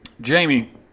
Jamie